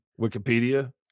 Wikipedia